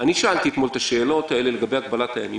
אני שאלתי אתמול את השאלות האלה לגבי הגבלת הימים.